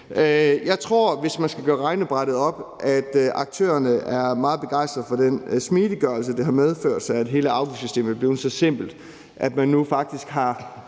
Jeg tror, hvis man skal gøre regnebrættet op, at aktørerne er meget begejstrede for den smidiggørelse, det har medført, at hele afgiftssystemet er blevet så simpelt, at man nu faktisk har